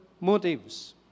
motives